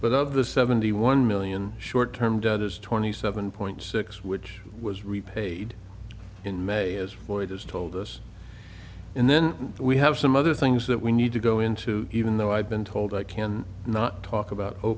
but of the seventy one million short term debt is twenty seven point six which was repaid in may as void has told us and then we have some other things that we need to go into even though i've been told i can not talk about o